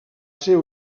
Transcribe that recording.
ser